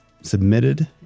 submitted